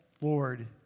Lord